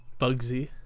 Bugsy